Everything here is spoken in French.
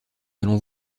allons